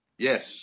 Yes